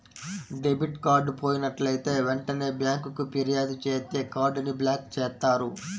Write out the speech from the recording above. debit card పోయినట్లైతే వెంటనే బ్యేంకుకి ఫిర్యాదు చేత్తే కార్డ్ ని బ్లాక్ చేత్తారు